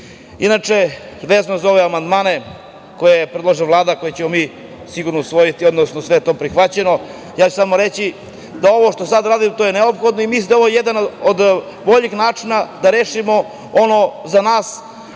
vezano za ove amandmane koje predlaže Vlada, koje ćemo mi sigurno usvojiti, odnosno sve je to prihvaćeno, ja ću samo reći da ovo što sada radimo, to je neophodno. I mislim da je ovo jedan od boljih načina da rešimo ono za nas